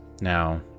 Now